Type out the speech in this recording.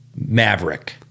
Maverick